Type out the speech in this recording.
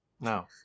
No